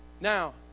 Now